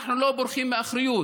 אנחנו לא בורחים מאחריות.